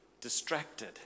distracted